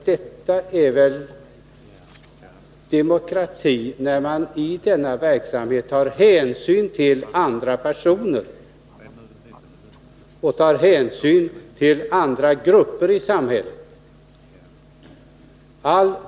Det är väl demokrati, herr Svartberg, när man tar all tillbörlig hänsyn till andra personer och till andra grupper i samhället.